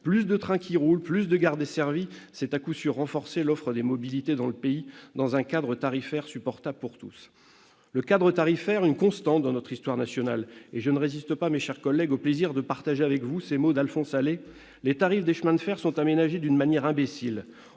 Plus de trains qui roulent, plus de gares desservies, c'est à coup sûr renforcer l'offre des mobilités dans le pays, dans un cadre tarifaire supportable pour tous. Le cadre tarifaire est une constante dans notre histoire nationale. Je ne résiste donc pas au plaisir de partager avec vous, mes chers collègues, ces mots d'Alphonse Allais :« Les tarifs des chemins de fer sont aménagés d'une manière imbécile.